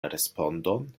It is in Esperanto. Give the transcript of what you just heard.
respondon